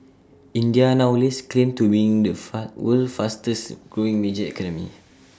India now lays claim to being the fat world's fastest growing major economy